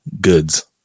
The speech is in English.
goods